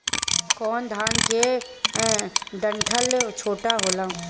कौन धान के डंठल छोटा होला?